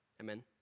Amen